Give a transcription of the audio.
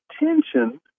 attention